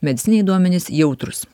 medicininiai duomenys jautrūs